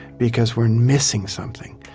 because we're missing something.